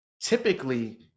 typically